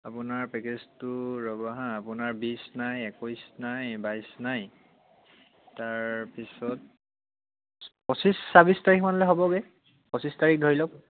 আপোনাৰ পেকেজটো ৰ'ব হা আপোনাৰ বিশ নাই একৈছ নাই বাইছ নাই তাৰপিছত পঁচিছ ছাব্বিছ তাৰিখ মানলে হ'বগে পঁচিছ তাৰিখ ধৰি লওক